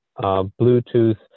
Bluetooth